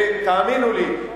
ותאמינו לי,